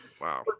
Wow